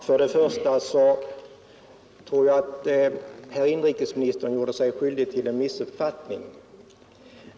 Herr talman! Jag tror att inrikesministern gjorde sig skyldig till en missuppfattning.